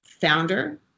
founder